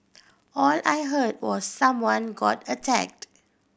all I heard was someone got attacked